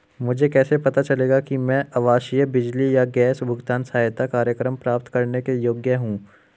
मुझे कैसे पता चलेगा कि मैं आवासीय बिजली या गैस भुगतान सहायता कार्यक्रम प्राप्त करने के योग्य हूँ?